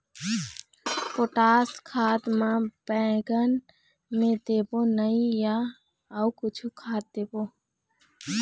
Potash खाद ला बैंगन मे देबो नई या अऊ कुछू खाद देबो?